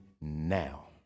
now